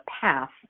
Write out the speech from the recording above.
path